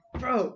bro